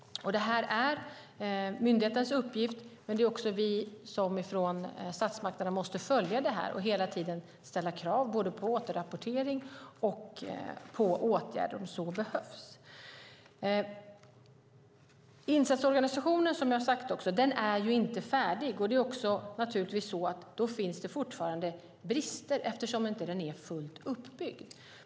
Detta är myndighetens uppgift, men vi från statsmakterna måste också följa detta och hela tiden ställa krav både på återrapportering och på åtgärder om så behövs. Insatsorganisationen är, som jag har sagt, inte färdig. Då finns det naturligtvis fortfarande brister, eftersom den inte är fullt uppbyggd.